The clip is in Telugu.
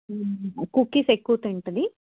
కుకీస్ ఎక్కువ తింటుంది